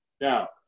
Now